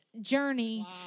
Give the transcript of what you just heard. journey